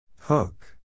Hook